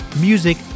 Music